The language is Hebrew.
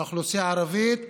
לאוכלוסייה הערבית